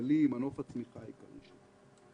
כלכלי ולמנוף הצמיחה העיקרי.